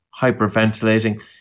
hyperventilating